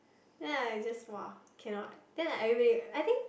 then I just [wah] cannot then like everybody I think